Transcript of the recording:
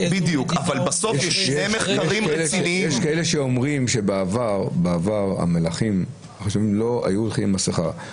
יש כאלה שאומרים שבעבר המלכים החשובים היו הולכים עם מסכה.